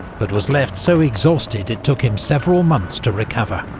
but was left so exhausted it took him several months to recover.